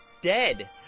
dead